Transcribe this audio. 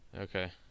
Okay